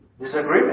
disagreement